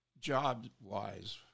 job-wise